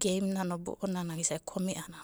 gemena nobo'ona kome'a a'ana.